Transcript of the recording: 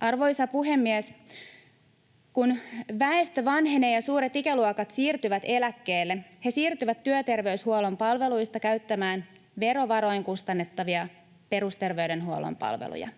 Arvoisa puhemies! Kun väestö vanhenee ja suuret ikäluokat siirtyvät eläkkeelle, he siirtyvät työterveyshuollon palveluista käyttämään verovaroin kustannettavia perusterveydenhuollon palveluja.